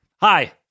Hi